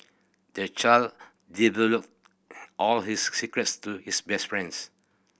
the child divulged all his secrets to his best friends